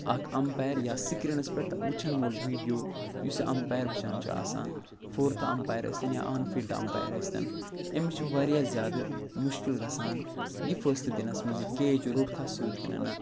اَکھ اَمپیر یا سِکریٖنَس پٮ۪ٹھ وٕچھَن وول ویٖڈیو یُس یہِ اَمپیر وٕچھان چھُ آسان فورتھٕ امپیر ٲسۍتَن یا آن فیٖلڈ امپیر ٲسۍتَن أمِس چھِ واریاہ زیادٕ مُشکِل گژھان یہِ فٲصلہٕ دِنَس منٛز یہِ کیچ روٚٹکھا سیوٚد کِنہٕ نہ